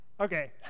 Okay